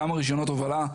כמה רישיונות הובלה,